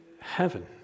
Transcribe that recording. heaven